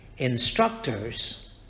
Instructors